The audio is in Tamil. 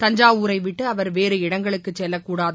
தஞ்சாவூரை விட்டு அவர் வேறு இடங்களுக்கு செல்லக்கூடாது